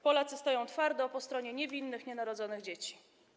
Polacy stoją twardo po stronie niewinnych, nienarodzonych dzieci.